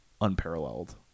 unparalleled